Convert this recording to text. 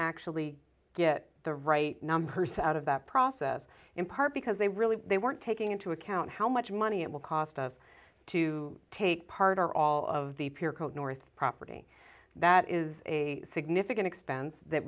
actually get the right numbers out of that process in part because they really they weren't taking into account how much money it will cost us to take part or all of the peer code north property that is a significant expense that